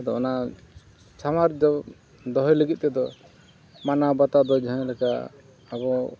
ᱟᱫᱚ ᱚᱱᱟ ᱥᱟᱶᱟᱨ ᱫᱚ ᱫᱚᱦᱚᱭ ᱞᱟᱹᱜᱤᱫ ᱛᱮᱫᱚ ᱢᱟᱱᱟᱣᱼᱵᱟᱛᱟᱣ ᱫᱚ ᱡᱟᱦᱟᱸ ᱞᱮᱠᱟ ᱟᱵᱚ